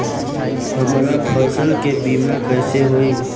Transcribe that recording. हमरा फसल के बीमा कैसे होई?